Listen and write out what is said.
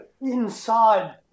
inside